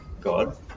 God